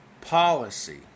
policy